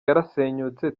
yarasenyutse